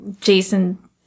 Jason